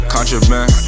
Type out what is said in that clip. Contraband